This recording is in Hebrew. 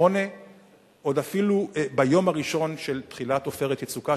עוד אפילו ביום הראשון של תחילת "עופרת יצוקה",